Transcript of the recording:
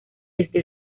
desde